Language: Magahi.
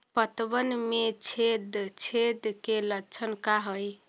पतबन में छेद छेद के लक्षण का हइ?